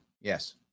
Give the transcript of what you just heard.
yes